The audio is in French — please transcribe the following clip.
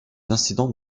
incidents